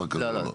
לא, לא.